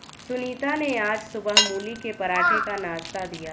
सुनीता ने आज सुबह मूली के पराठे का नाश्ता दिया